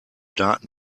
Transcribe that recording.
daten